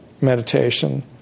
meditation